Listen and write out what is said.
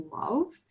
love